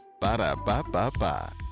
Ba-da-ba-ba-ba